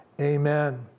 Amen